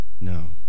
No